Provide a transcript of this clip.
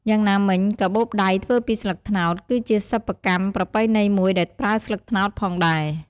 យ៉ាងណាមិញ ការបូបដៃធ្វើពីស្លឹកត្នោត គឺជាសិប្បកម្មប្រពៃណីមួយដែលប្រើស្លឹកត្នោតផងដែរ។